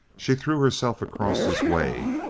she threw herself across his way,